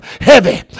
heavy